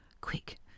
Quick